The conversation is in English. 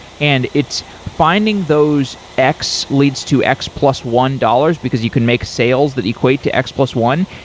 and its finding those x leads to x plus one dollars because you can make sales that equate to x plus one,